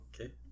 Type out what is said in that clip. Okay